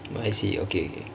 oh I see okay